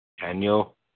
Daniel